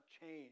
change